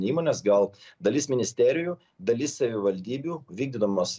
įmonės gal dalis ministerijų dalis savivaldybių vykdydamos